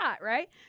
right